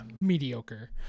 mediocre